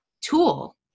tool